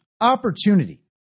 opportunity